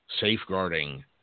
safeguarding